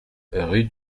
rue